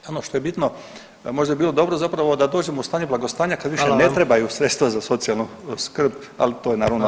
Samo što je bitno da možda bi bilo dobro zapravo da dođemo u stanje blagostanja kad više ne trebaju sredstva za socijalnu skrb, ali to je naravno…